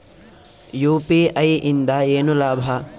UPI ಇಂದ ಏನ್ ಲಾಭ?